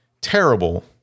terrible